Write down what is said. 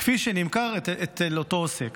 כפי שנמכר לאותו עוסק